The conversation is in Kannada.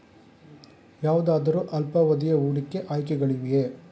ಯಾವುದಾದರು ಅಲ್ಪಾವಧಿಯ ಹೂಡಿಕೆ ಆಯ್ಕೆಗಳಿವೆಯೇ?